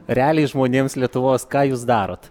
realiai žmonėms lietuvos ką jūs darot